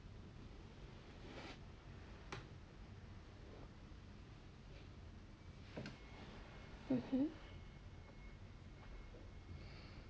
mmhmm